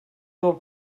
del